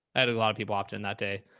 i had a lot of people opt in that day,